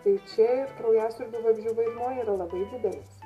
tai čia ir kraujasiurbių vabzdžių vaidmuo yra labai didelis